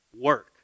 work